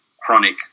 chronic